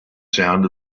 sound